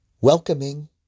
welcoming